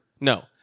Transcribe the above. No